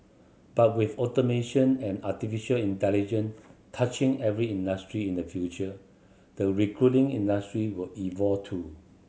but with automation and artificial intelligence touching every industry in the future the recruiting industry will evolve too